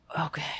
okay